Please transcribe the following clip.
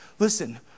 Listen